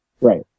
Right